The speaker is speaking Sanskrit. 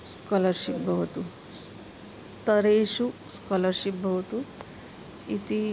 स्कालर्शिप् भवतु स्तरेषु स्कालर्शिप् भवतु इति